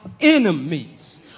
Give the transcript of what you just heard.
enemies